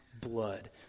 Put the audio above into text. blood